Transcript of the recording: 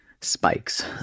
spikes